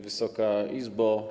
Wysoka Izbo!